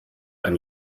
ein